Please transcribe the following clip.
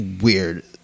weird